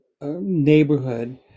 neighborhood